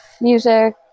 music